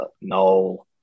no